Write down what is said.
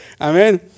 Amen